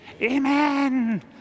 Amen